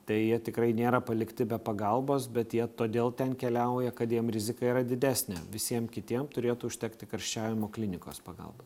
tai jie tikrai nėra palikti be pagalbos bet jie todėl ten keliauja kad jiem rizika yra didesnė visiem kitiem turėtų užtekti karščiavimo klinikos pagalba